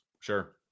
Sure